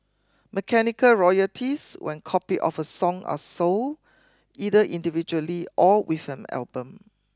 mechanical royalties when copied of a song are sold either individually or with an album